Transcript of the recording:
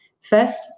First